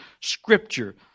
scripture